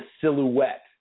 silhouette